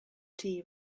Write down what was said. tea